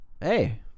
hey